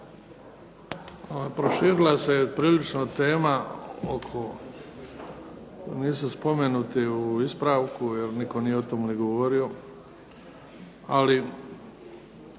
Proširila se prilično tema oko, nisu spomenuti u ispravku, jer nitko nije o tom ni govorio. Ali